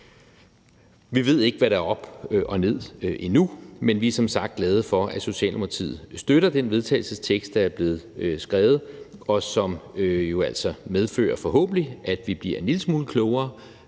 Vi ved ikke, hvad der er op og ned endnu, men vi er som sagt glade for, at Socialdemokratiet støtter den vedtagelsestekst, der er blevet skrevet, og som jo altså forhåbentlig medfører, at vi bliver en lille smule klogere